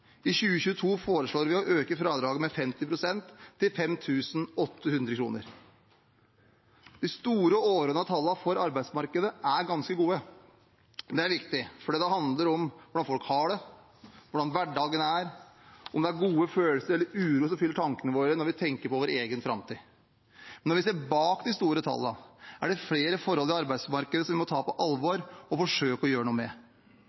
I 2022 foreslår vi å øke fradraget med 50 pst. til 5 800 kr. De store, overordnede tallene for arbeidsmarkedet er ganske gode. Det er viktig fordi det handler om hvordan folk har det, hvordan hverdagen er, og om det er gode følelser eller uro som fyller tankene våre når vi tenker på vår egen framtid. Når vi ser bak de store tallene, er det flere forhold i arbeidsmarkedet som vi må ta på alvor og forsøke å gjøre noe med.